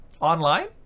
Online